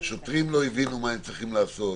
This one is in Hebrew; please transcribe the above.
שוטרים לא הבינו מה הם צריכים לעשות.